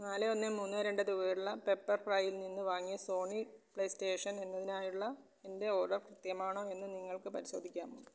നാല് ഒന്ന് മൂന്ന് രണ്ട് തുകയുള്ള പെപ്പർ ഫ്രൈയ്യിൽ നിന്ന് വാങ്ങിയ സോണി പ്ലേസ്റ്റേഷൻ എന്നതിനായുള്ള എൻ്റെ ഓർഡർ കൃത്യമാണോ എന്ന് നിങ്ങൾക്ക് പരിശോധിക്കാമോ